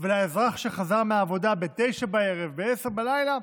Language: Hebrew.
ולאזרח שחזר מהעבודה ב-21:00, ב-22:00,